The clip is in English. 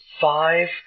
five